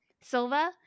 Silva